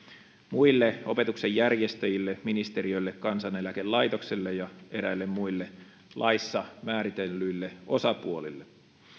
muille opetuksen järjestäjille ministeriölle kansaneläkelaitokselle ja eräille muille laissa määritellyille osapuolille